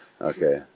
Okay